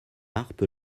harpe